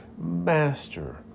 Master